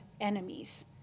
enemies